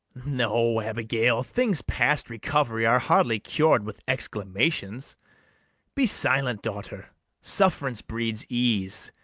no, abigail things past recovery are hardly cur'd with exclamations be silent, daughter sufferance breeds ease,